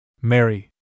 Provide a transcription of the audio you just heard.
Mary